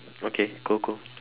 okay cool cool